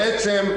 בעצם,